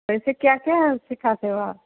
वैसे क्या क्या सिखाते हो आप